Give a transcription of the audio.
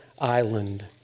Island